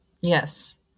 Yes